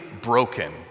broken